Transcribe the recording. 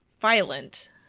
violent